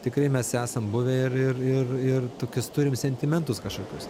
tikrai mes esam buvę ir ir ir ir tokius turim sentimentus kažkokius